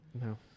No